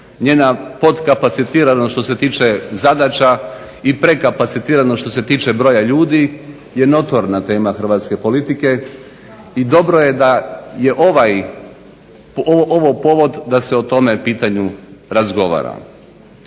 njena podkapacitiranost što se tiče zadaća i prekapacitiranost što se tiče broja ljudi je notorna tema hrvatske politike i dobro je da je ovo povod da se o tome pitanju razgovara.